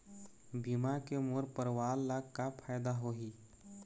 बीमा के मोर परवार ला का फायदा होही?